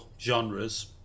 genres